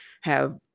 have-